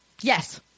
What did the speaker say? Yes